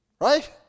Right